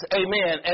amen